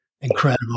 incredible